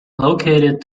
located